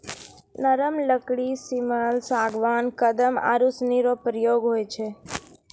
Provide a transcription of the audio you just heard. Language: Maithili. नरम लकड़ी सिमल, सागबान, कदम आरू सनी रो प्रयोग हुवै छै